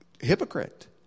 hypocrite